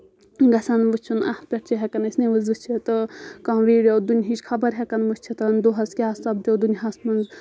گژھن وٕچھُن اَتھ پؠٹھ چھِ ہؠکَان أسۍ نِوٕز وٕچھِںۍ تہٕ کانٛہہ ویٖڈیو دُنہِچ خبر ہؠکَان وٕچھِتھ دۄہَس کیاہ سَپدیو دُنیاہَس منٛز